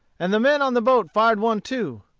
and the men on the boat fired one too.